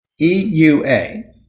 EUA